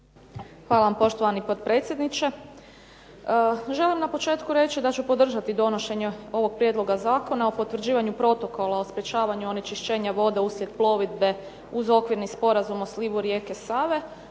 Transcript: Hvala vam, poštovani potpredsjedniče. Želim na početku reći da ću podržati donošenje ovog Prijedloga zakona o potvrđivanju Protokola o sprečavanju onečišćenja voda uslijed plovidbe uz Okvirni sporazum o slivu rijeke Save,